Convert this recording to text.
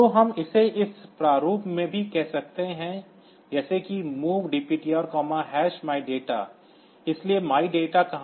तो हम इसे इस प्रारूप में भी कह सकते हैं जैसे कि MOV DPTR MyData इसलिए MyData कहाँ है